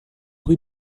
rue